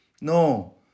No